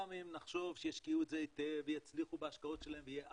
גם אם נחשוב שישקיעו את זה היטב ויצליחו בהשקעות שלהם ויהיה אחלה,